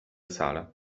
sala